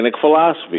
philosophy